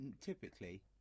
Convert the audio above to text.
typically